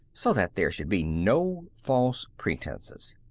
so that there should be no false pretenses.